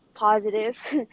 positive